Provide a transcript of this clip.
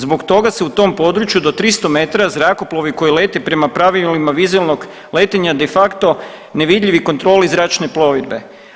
Zbog toga su u tom području do 300 metara zrakoplovi koji lete prema pravilima vizualnom letenja de facto nevidljivi kontroli zračne plovidbe.